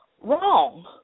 Wrong